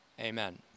Amen